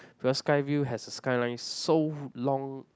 because Skyview has a skyline so long